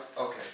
okay